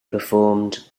performed